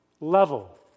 level